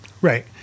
Right